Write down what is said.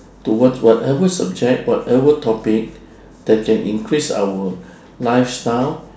towards whatever subject whatever topic that can increase our lifestyle